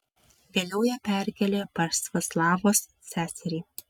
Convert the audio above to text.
vėliau ją perkėlė pas vaclavos seserį